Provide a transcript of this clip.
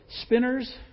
spinners